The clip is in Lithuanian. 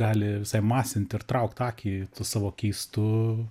gali visai masinti ir traukt akį tu savo keistu